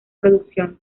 producción